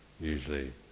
usually